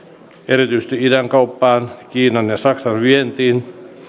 erityisesti idänkauppaan kiinan ja saksan vientiin